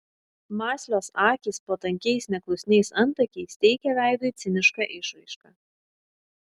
mąslios akys po tankiais neklusniais antakiais teikė veidui cinišką išraišką